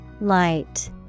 light